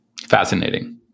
Fascinating